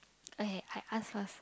okay I ask first